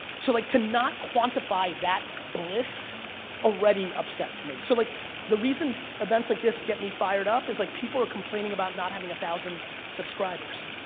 so like to not quantify that bliss already upsets me, so like the reason events like this gets me fired up, is like people are complaining about not having a thousand subscribers,